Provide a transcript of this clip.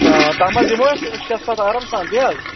تَتھ منٛز یِمو أسۍ شےٚ سَتھ آرام سان تی حظ